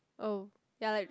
oh ya like